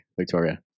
Victoria